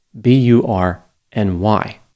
B-U-R-N-Y